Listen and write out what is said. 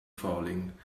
falling